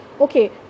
okay